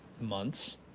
months